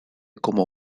como